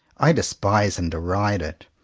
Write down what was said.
i despise and deride it.